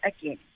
again